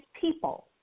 people